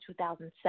2007